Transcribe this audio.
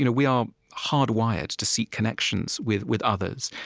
you know we are hardwired to seek connections with with others.